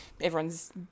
everyone's